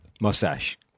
Mustache